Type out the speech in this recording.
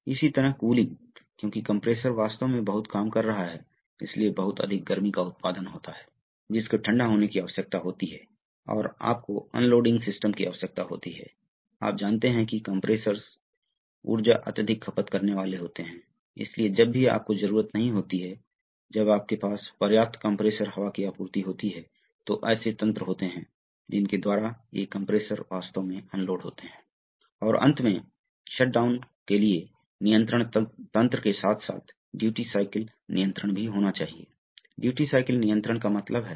तो क्या है मूल विचार क्या है एक बहुत ही विशिष्ट बहुत सरल प्रकार का सर्वो वाल्व देखें यहां क्या हो रहा है मान लीजिए कि आप इसे स्थानांतरित करते हैं यह रॉड ठीक है यदि आप इस लीवर को खींचते हैं तो यह इस तरह से आगे बढ़ेगा जैसे जैसे यह आगे बढ़ता है क्या होने वाला है यह पोर्ट इसे इस से जुड़ जाएगा और टैंक अंत में हैं आप कल्पना कर सकते हैं कि टैंक यहां हैं